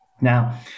now